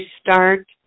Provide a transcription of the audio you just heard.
start